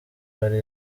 hari